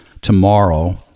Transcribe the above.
tomorrow